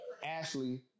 Ashley